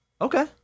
Okay